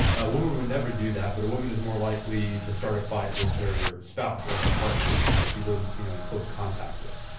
a woman would never do that but a woman is more likely to start a fight with her spouse or her partner that she lives you know in close contact with